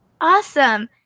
Awesome